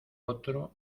otro